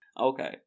okay